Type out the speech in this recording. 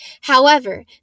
However